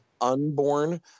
unborn